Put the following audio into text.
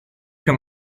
him